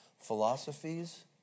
Philosophies